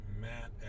matt